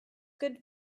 good